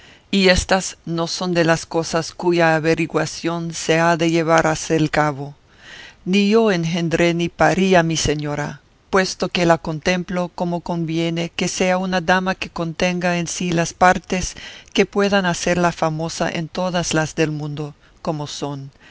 y éstas no son de las cosas cuya averiguación se ha de llevar hasta el cabo ni yo engendré ni parí a mi señora puesto que la contemplo como conviene que sea una dama que contenga en sí las partes que puedan hacerla famosa en todas las del mundo como son